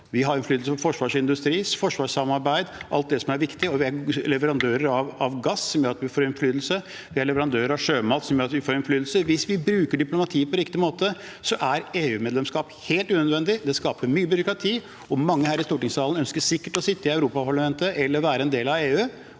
Vi har innflytelse på forsvarsindustri, forsvarssamarbeid, alt det som er viktig. Vi er dessuten leverandør av gass, noe som gjør at vi får innflytelse, og vi er leverandør av sjømat, som også gjør at vi får innflytelse. Hvis vi bruker diplomatiet på riktig måte, er EU-medlemskap helt unødvendig. Det skaper mye byråkrati, og mange her i stortingssalen ønsker sikkert å sitte i Europaparlamentet eller være en del av EU,